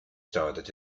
started